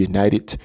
United